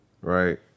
right